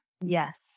Yes